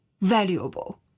valuable